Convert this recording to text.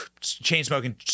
chain-smoking